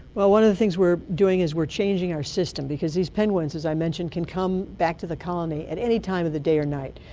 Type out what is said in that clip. one of the things we're doing is we're changing our system because these penguins, as i mentioned, can come back to the colony at any time of the day or night.